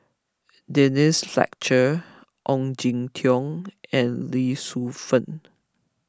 Denise Fletcher Ong Jin Teong and Lee Shu Fen